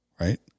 Right